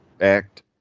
act